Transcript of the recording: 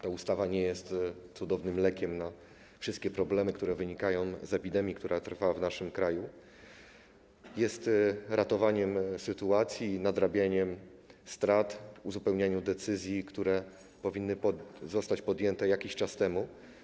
Ta ustawa nie jest cudownym lekiem na wszystkie problemy, które wynikają z epidemii trwającej w naszym kraju, ale jest ratowaniem sytuacji i nadrabianiem strat w zakresie uzupełniania decyzji, które powinny zostać podjęte jakiś czas temu.